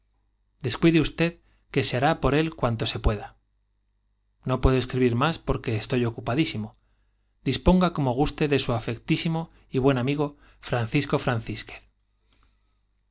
descuide usted qlje se hará por él cuanto se pueda no puedo escribir más porque estoy ocupadísimo disponga como guste de su afectísimo y buen amigo francisco francisquee